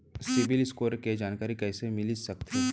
CIBIL score के जानकारी कइसे मिलिस सकथे?